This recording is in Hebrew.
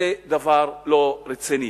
זה דבר לא רציני.